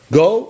go